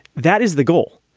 that is the goal.